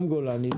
גם גולני,